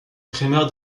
primaire